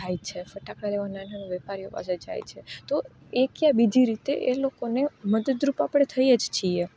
જાય છે ફટાકડા લેવા નાના નાના વેપારીઓ પાસે જાય છે તો એક યા બીજી રીતે એ લોકોને મદદરૂપ આપણે થઈએ જ છીએ